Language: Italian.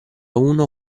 uno